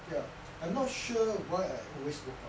ya I'm not sure why I always woke up